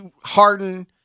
Harden